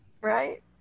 right